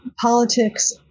politics